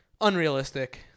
unrealistic